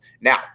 Now